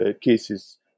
cases